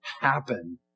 happen